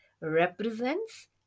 represents